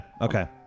Okay